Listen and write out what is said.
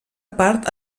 part